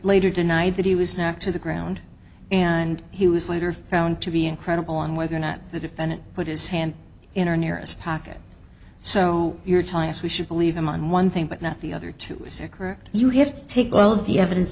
later denied that he was knocked to the ground and he was later found to be incredible on whether or not the defendant put his hand in or nearest pocket so you're telling us we should believe him on one thing but not the other two secor you have to take all of the evidence